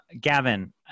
Gavin